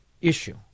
issue